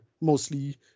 mostly